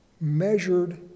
measured